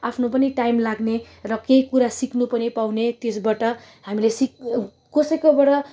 आफ्नो पनि टाइम लाग्ने र केही कुरा सिक्नु पनि पाउने त्यसबाट हामीले सिक् कसैकोबाट